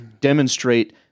demonstrate